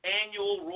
annual